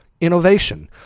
Innovation